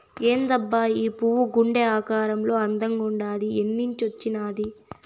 ఏందబ్బా ఈ పువ్వు గుండె ఆకారంలో అందంగుండాది ఏన్నించొచ్చినాది